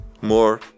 more